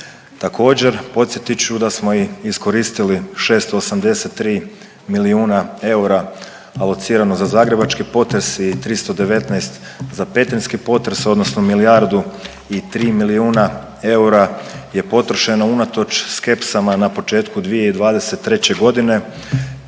Također podsjetit ću da smo i iskoristili 683 milijuna eura alocirano za zagrebački potres i 319 za petrinjski potres odnosno milijardu i 3 milijuna eura je potrošeno unatoč skepsama na početku 2023. godine.